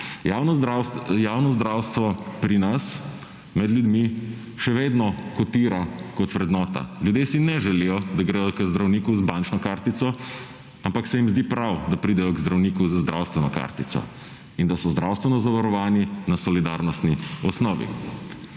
Javno zdravstvo pri nas, med ljudmi, še vedno kotira kot vrednota. Ljudje si ne želijo, da gredo k zdravniku z bančno kartico, ampak se jim zdi prav, da pridejo k zdravniku z zdravstveno kartico in da so zdravstveno zavarovani na solidarnostni osnovi.